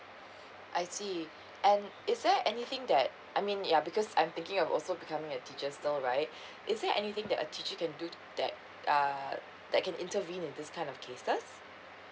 I see and is there anything that I mean ya because I'm thinking of also becoming a teacher still right is there anything that a teacher can do that uh that can intervene in this kind of cases